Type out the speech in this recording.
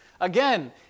Again